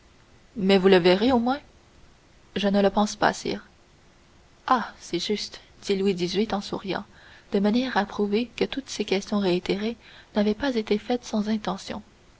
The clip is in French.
mais vous le verrez du moins je ne le pense pas sire ah c'est juste dit louis xviii en souriant de manière à prouver que toutes ces questions réitérées n'avaient pas été faites sans intention